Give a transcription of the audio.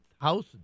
House